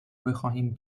بخواهیم